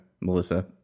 Melissa